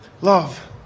love